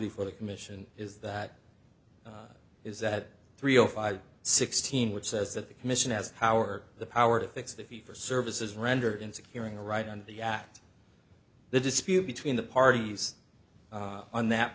before the commission is that is that three zero five sixteen which says that the commission has power the power to fix the fee for services rendered in securing a right on the act the dispute between the parties on that